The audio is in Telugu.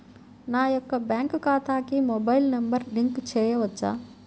నా యొక్క బ్యాంక్ ఖాతాకి మొబైల్ నంబర్ లింక్ చేయవచ్చా?